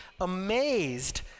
amazed